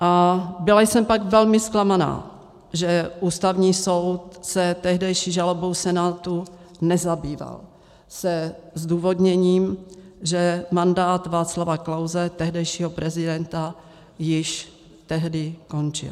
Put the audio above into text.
A byla jsem pak velmi zklamaná, že Ústavní soud se tehdejší žalobou Senátu nezabýval se zdůvodněním, že mandát Václava Klause, tehdejšího prezidenta, již tehdy končil.